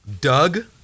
Doug